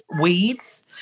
weeds